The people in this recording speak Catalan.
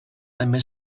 també